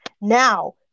Now